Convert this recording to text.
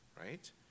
right